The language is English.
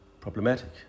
problematic